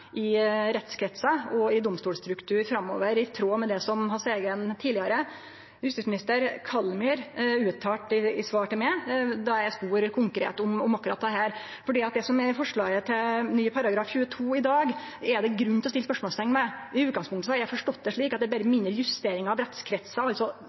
i rettskretsar og i domstolstruktur framover, i tråd med det som tidlegare justisminister Kallmyr uttalte i svar til meg då eg spurde konkret om akkurat dette. Det som er forslaget til ny § 22 i dag, er det grunn til å setje spørsmålsteikn ved. I utgangspunktet har eg forstått det slik at det berre er mindre justeringar av rettskretsar, altså